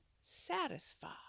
satisfied